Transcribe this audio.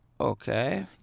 Okay